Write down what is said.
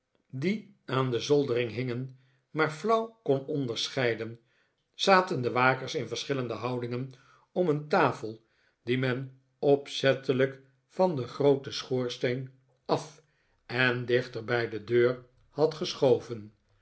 die aan de zoldering hingen maar flauw kon onderscheiden zaten de wakers in verschillende houdingen om een tafel die men opzettelijk van den grooten schoorsteen af en dichter bij de deur had geschoven